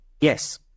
Yes